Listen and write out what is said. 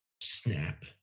Snap